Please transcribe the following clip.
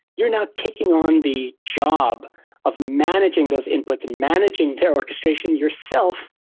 you're not taking on the job of managing those inputs and managing their orchestration yourself.